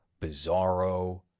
bizarro